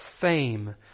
fame